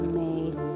made